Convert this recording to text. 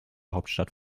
hauptstadt